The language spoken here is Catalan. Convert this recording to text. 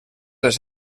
les